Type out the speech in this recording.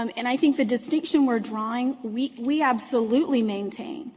um and i think the distinction we're drawing, we we absolutely maintain